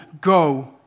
go